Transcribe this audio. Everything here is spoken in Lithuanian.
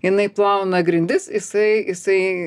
jinai plauna grindis jisai jisai